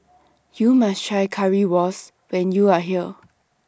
YOU must Try Currywurst when YOU Are here